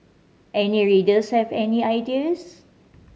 any readers have any ideas